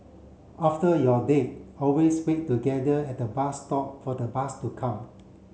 after your date always wait together at the bus stop for the bus to come